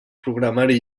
programari